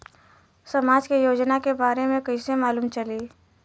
समाज के योजना के बारे में कैसे मालूम चली?